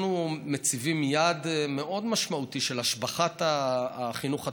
אנחנו מציבים יעד מאוד משמעותי של השבחת החינוך הטכנולוגי.